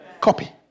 Copy